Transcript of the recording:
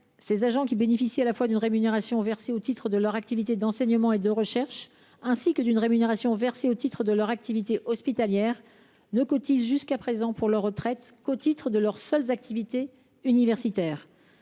ces agents, qui bénéficient à la fois d’une rémunération versée au titre de leur activité d’enseignement et de recherche et d’une rémunération versée au titre de leur activité hospitalière, ne cotisent jusqu’à présent pour leur retraite qu’au titre de leur seule activité universitaire.